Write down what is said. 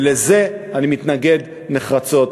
ולזה אני מתנגד נחרצות.